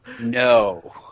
No